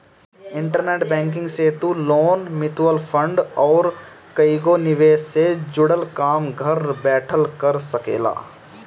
internet banking से तू loan, mutual fund अउरी कईगो निवेश से जुड़ल काम घर बैठल कर सकेला